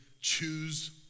choose